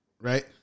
right